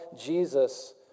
Jesus